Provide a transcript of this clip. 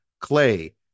Clay